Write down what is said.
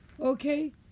okay